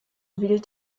wählt